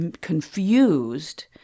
confused